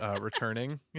returning